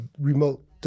remote